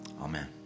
Amen